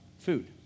food